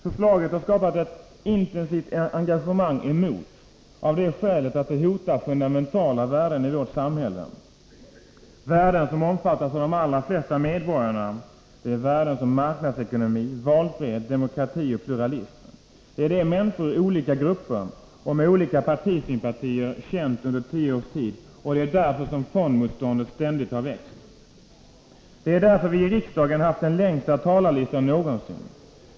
Förslaget har skapat ett intensivt engagemang emot av det skälet att det hotar fundamentala värden i vårt samhälle, värden som omfattas av de allra flesta medborgare, värden som marknadsekonomi, valfrihet, demokrati och pluralism. Det är det människor ur olika grupper och med olika partisympatier känt under tio års tid. Det är därför fondmotståndet ständigt har växt. Det är därför vi i riksdagen haft den längsta talarlistan någonsin.